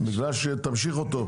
בבקשה.